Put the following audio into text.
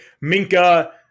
Minka